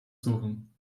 suchen